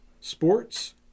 sports